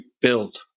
build